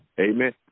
amen